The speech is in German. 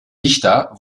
dichter